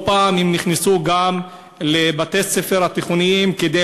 לא פעם הם נכנסו גם לבתי-הספר התיכוניים כדי